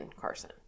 Carson